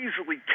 easily